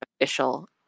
official